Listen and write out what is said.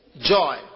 joy